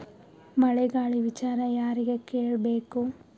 ಮಳೆ ಗಾಳಿ ವಿಚಾರ ಯಾರಿಗೆ ಕೇಳ್ ಬೇಕು?